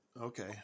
Okay